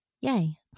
yay